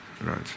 right